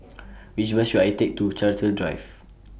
Which Bus should I Take to Chartwell Drive